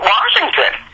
Washington